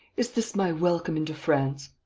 is this my welcome into france?